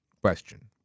question